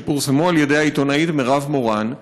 שפורסמו על ידי העיתונאית מירב מורן,